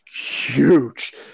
huge